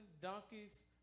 donkeys